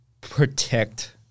protect